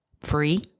free